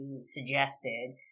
suggested